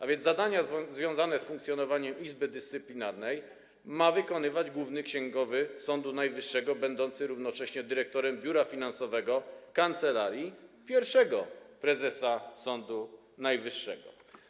A więc zadania związane z funkcjonowaniem Izby Dyscyplinarnej ma wykonywać główny księgowy Sądu Najwyższego będący równocześnie dyrektorem Biura Finansowego Kancelarii Pierwszego Prezesa Sądu Najwyższego.